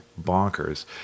bonkers